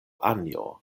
anjo